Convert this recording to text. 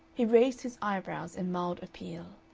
he raised his eyebrows in mild appeal.